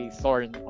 thorn